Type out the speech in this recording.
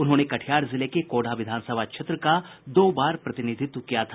उन्होंने कटिहार जिले के कोढ़ा विधानसभा क्षेत्र का दो बार प्रतिनिधित्व किया था